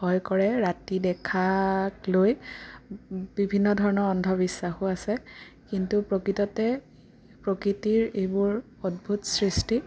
ভয় কৰে ৰাতি দেখাক লৈ বিভিন্নধৰণৰ অন্ধবিশ্বাসো আছে কিন্তু প্ৰকৃততে প্ৰকৃতিৰ এইবোৰ অদ্ভুত সৃষ্টি